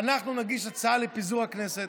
אנחנו נגיש הצעה לפיזור הכנסת,